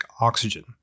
oxygen